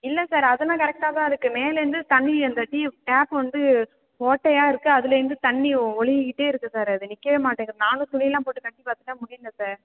இல்லை சார் அதெல்லாம் கரெக்டாகதான் இருக்குது மேலேருந்து தண்ணி அந்த டியூப் டேப் வந்து ஓட்டையாக இருக்குது அதுலேருந்து தண்ணி ஒழுகிக்கிட்டே இருக்குது சார் அது நிற்கவே மாட்டேங்கிது நானும் துணியெல்லாம் போட்டு கட்டி பார்த்துட்டேன் முடியிலை சார்